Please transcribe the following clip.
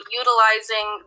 utilizing